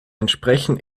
entsprechen